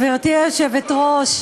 גברתי היושבת-ראש,